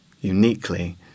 uniquely